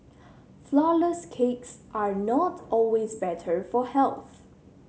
flourless cakes are not always better for health